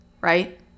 Right